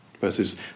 versus